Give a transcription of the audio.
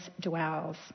dwells